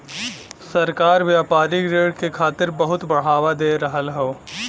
सरकार व्यापारिक ऋण के खातिर बहुत बढ़ावा दे रहल हौ